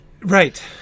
Right